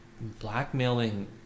blackmailing